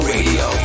Radio